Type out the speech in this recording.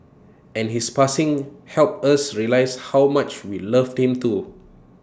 and his passing helped us realise how much we loved him too